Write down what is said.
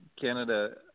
Canada